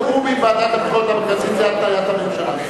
תיאום עם ועדת הבחירות המרכזית, זו התניית הממשלה.